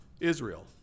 Israel